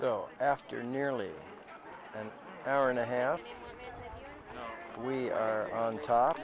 so after nearly an hour and a half we are on top